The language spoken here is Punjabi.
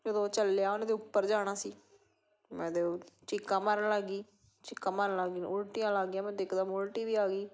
ਜਦੋਂ ਉਹ ਚੱਲਿਆ ਉਹਨੇ ਤਾਂ ਉੱਪਰ ਜਾਣਾ ਸੀ ਮੈਂ ਤਾਂ ਉਹ ਚੀਕਾਂ ਮਾਰਨ ਲੱਗ ਗਈ ਚੀਕਾਂ ਮਾਰਨ ਲੱਗ ਗਈ ਮੈਨੂੰ ਉਲਟੀਆਂ ਲੱਗ ਗਈਆਂ ਮੈਨੂੰ ਤਾਂ ਇਕ ਦਮ ਉਲਟੀ ਵੀ ਆ ਗਈ